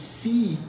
see